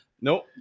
Nope